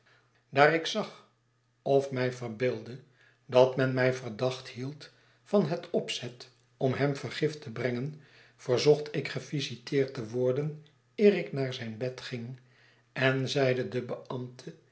daar ik zag of mij verbeeldde dat men mij verdacht hield van het opzet om hem vergif te brengen verzocht ik gevisiteerd te worden eer ik naar zijn bed ging en zeide den beambte